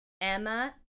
Emma